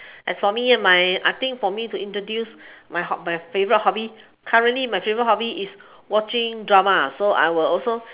as for me and my I think for me to introduce my hob~ my favourite hobby currently my favourite hobby is watching drama so I will also